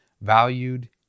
valued